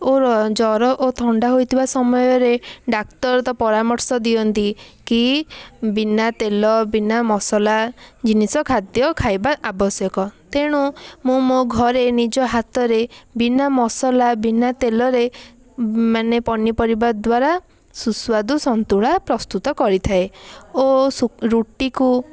ଓ ଜ୍ଵର ଓ ଥଣ୍ଡା ହୋଇଥିବା ସମୟରେ ଡାକ୍ତର ତ ପରାମର୍ଶ ଦିଅନ୍ତି କି ବିନା ତେଲ ବିନା ମସଲା ଜିନିଷ ଖାଦ୍ୟ ଖାଇବା ଆବଶ୍ୟକ ତେଣୁ ମୁଁ ମୋ ଘରେ ନିଜ ହାତରେ ବିନା ମସଲା ବିନା ତେଲରେ ମାନେ ପନିପରିବା ଦ୍ୱାରା ସୁସ୍ୱାଦୁ ସନ୍ତୁଳା ପ୍ରସ୍ତୁତ କରିଥାଏ ଓ ରୁଟିକୁ